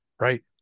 Right